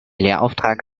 lehrauftrag